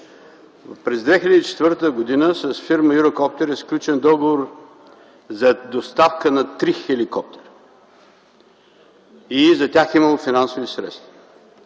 През 2004 г. с фирма „Юрокоптер” е сключен договор за доставка на три хеликоптера и за тях е имало финансови средства.